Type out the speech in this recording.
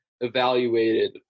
evaluated